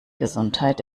gesundheit